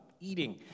eating